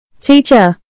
Teacher